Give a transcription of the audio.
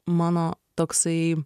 mano toksai